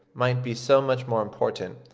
might be so much more important,